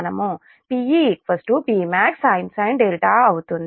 PePmaxsin అవుతుంది